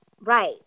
Right